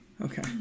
Okay